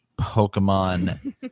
Pokemon